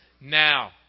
now